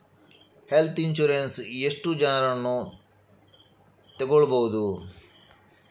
Health insurance ಎಷ್ಟು ಜನರನ್ನು ತಗೊಳ್ಬಹುದು?